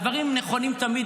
הדברים נכונים תמיד,